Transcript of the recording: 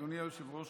אדוני היושב-ראש,